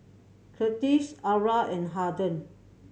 Curtiss Arla and Harden